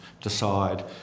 decide